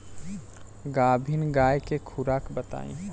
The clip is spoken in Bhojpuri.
गाभिन गाय के खुराक बताई?